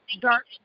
dark